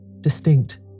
distinct